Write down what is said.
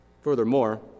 Furthermore